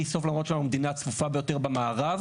סוף למרות שאנחנו מדינה צפופה ביותר במערב.